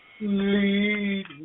Lead